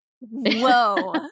whoa